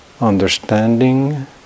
understanding